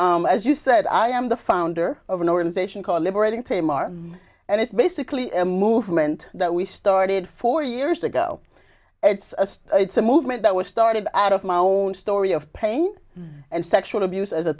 so as you said i am the founder of an organization called liberating tame our and it's basically a movement that we start i did four years ago it's just it's a movement that was started out of my own story of pain and sexual abuse as a